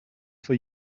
for